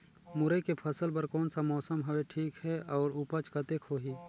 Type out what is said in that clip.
मुरई के फसल बर कोन सा मौसम हवे ठीक हे अउर ऊपज कतेक होही?